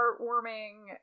heartwarming